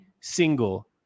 single